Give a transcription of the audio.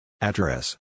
Address